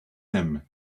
him